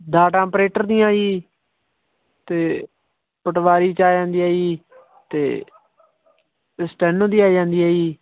data operator ਦੀਆਂ ਜੀ ਅਤੇ ਪਟਵਾਰੀ 'ਚ ਆ ਜਾਂਦੀ ਆ ਜੀ ਅਤੇ ਸਟੈਨੋ ਦੀ ਆ ਜਾਂਦੀ ਹੈ ਜੀ